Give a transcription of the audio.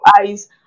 eyes